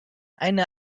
eine